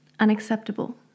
unacceptable